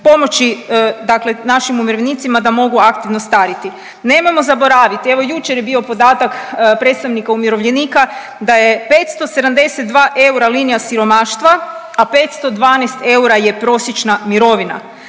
pomoći dakle našim umirovljenicima da mogu aktivno stariti. Nemojmo zaboraviti, evo jučer je bio podatak predstavnika umirovljenika da je 572 eura linija siromaštva, a 512 eura je prosječna mirovina.